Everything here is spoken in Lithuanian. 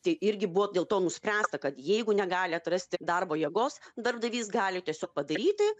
tai irgi buvo dėl to nuspręsta kad jeigu negali atrasti darbo jėgos darbdavys gali tiesiog padaryti